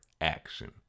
action